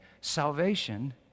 salvation